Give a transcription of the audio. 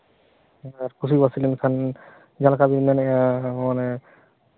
ᱠᱩᱥᱤᱵᱟᱥᱤ ᱞᱮᱱᱠᱷᱟᱱ ᱡᱟᱦᱟᱸ ᱞᱮᱠᱟ ᱢᱚᱱᱮᱭᱟ ᱢᱟᱱᱮ